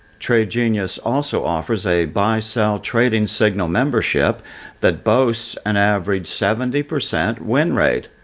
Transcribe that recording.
trade genius also offers a buy-sell trading signal membership that boasts an average seventy percent win rate.